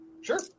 Sure